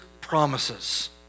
promises